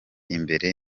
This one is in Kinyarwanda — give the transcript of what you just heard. imbere